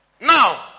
Now